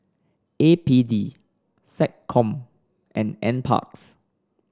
A P D SecCom and NParks